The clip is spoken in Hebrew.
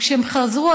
וכשם חזרו,